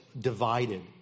divided